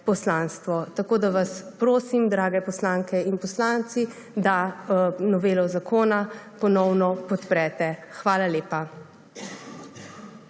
poslanstvo. Tako da vas prosim, drage poslanke in poslanci, da novelo zakona ponovno podprete. Hvala lepa.